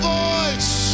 voice